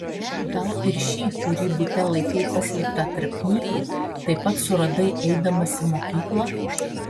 gal ir šį kurį bute laikei paslėptą tarp knygų taip pat suradai eidamas į mokyklą